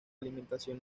alimentación